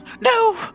no